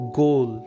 goal